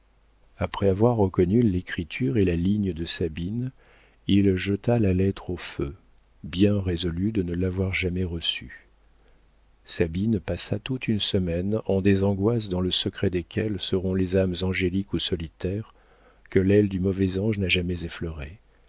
après avoir reconnu l'écriture et la ligne de sabine il jeta la lettre au feu bien résolu de ne l'avoir jamais reçue sabine passa toute une semaine en angoisses dans le secret desquelles seront les âmes angéliques ou solitaires que l'aile du mauvais ange n'a jamais effleurées